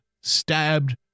stabbed